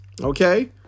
Okay